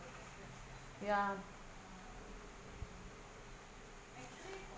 ya